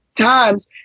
times